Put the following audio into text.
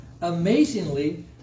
amazingly